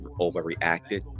overreacted